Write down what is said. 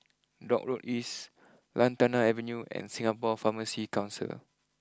Dock Road East Lantana Avenue and Singapore Pharmacy Council